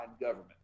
government